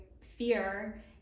fear